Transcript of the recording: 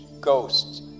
ghosts